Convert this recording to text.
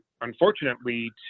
unfortunately